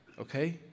okay